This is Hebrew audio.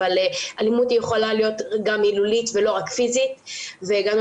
אבל אלימות יכולה להיות גם מילולית ולא רק פיזית והגענו